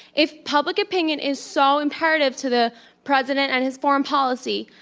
if public opinion is so imperative to the president and his foreign policy,